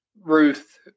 Ruth